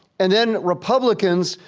and then republicans,